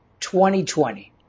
2020